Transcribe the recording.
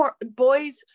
boys